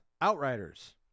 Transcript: outriders